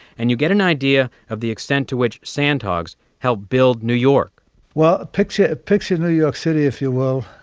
and you get an idea of the extent to which sandhogs helped build new york well, picture picture new york city, if you will,